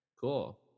Cool